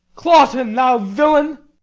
cloten, thou villain.